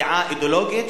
דעה אידיאולוגית,